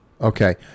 Okay